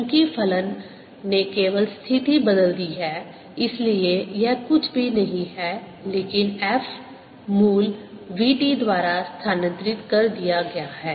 चूंकि फलन ने केवल स्थिति बदल दी है इसलिए यह कुछ भी नहीं है लेकिन f मूल v t द्वारा स्थानांतरित कर दिया गया है